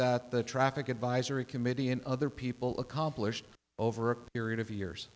that the traffic advisory committee and other people accomplished over a period of years